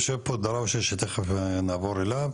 יושב פה דראושה שתיכף נעבור אליו,